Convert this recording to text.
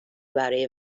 برای